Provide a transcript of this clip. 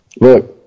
look